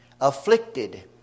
afflicted